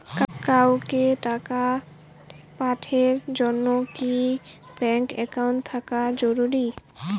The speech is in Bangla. কাউকে টাকা পাঠের জন্যে কি ব্যাংক একাউন্ট থাকা জরুরি?